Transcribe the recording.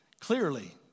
clearly